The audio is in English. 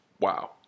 wow